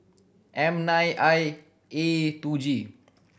M nine I A two G